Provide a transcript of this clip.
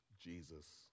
Jesus